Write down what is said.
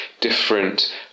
different